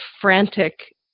frantic